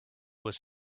was